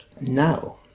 Now